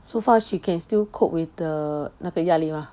so far she can still cope with the 那个压力 lah